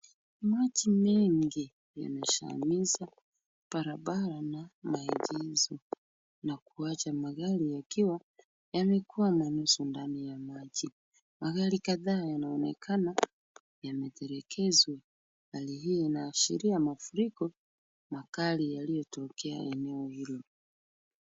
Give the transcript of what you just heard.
Maji mengi yanazamisha barabara na maegesho na kuacha magari yakiwa yamekwama nusu ndani ya maji. Magari kadhaa yanaonekana yametelekezwa. Hali hii inaashiria mafuriko makali yaliyotokea eneo hilo.